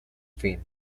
fin